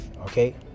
okay